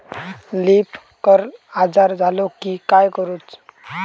Leaf curl आजार झालो की काय करूच?